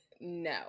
No